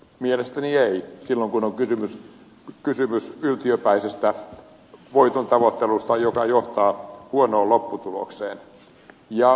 mielestäni ei silloin kun on kysymys yltiöpäisestä voiton tavoittelusta joka johtaa huonoon lopputulokseen